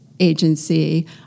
Agency